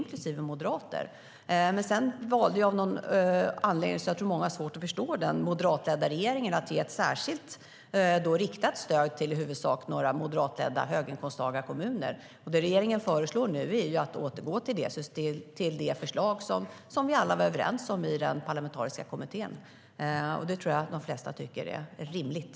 Av någon anledning, som jag tror att många har svårt att förstå, valde den moderatledda regeringen att ge ett särskilt riktat stöd till några i huvudsak moderatledda höginkomsttagarkommuner. Det regeringen nu föreslår är att återgå till det förslag som vi alla var överens om i den parlamentariska kommittén. Det tror jag att de flesta tycker är rimligt.